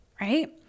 Right